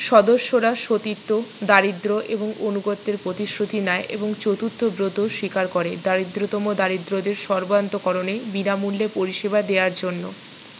সদস্যরা সতীত্ব দারিদ্র্য এবং আনুগত্যের প্রতিশ্রুতি নেয় এবং চতুর্থ ব্রতও স্বীকার করে দরিদ্রতম দরিদ্রদের সর্বান্তঃকরণে বিনামূল্যে পরিষেবা দেওয়ার জন্য